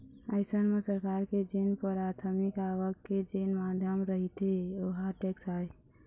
अइसन म सरकार के जेन पराथमिक आवक के जेन माध्यम रहिथे ओहा टेक्स आय